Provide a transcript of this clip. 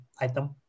item